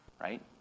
right